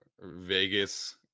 Vegas –